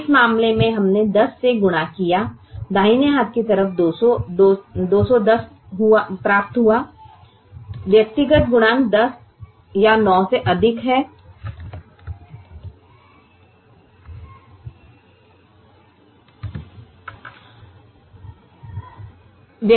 इस मामले में हमने 10 से गुणा किया दाहिने हाथ की तरफ 210 हुआ व्यक्तिगत गुणांक 10 या 9 से अधिक था